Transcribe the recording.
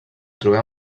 trobem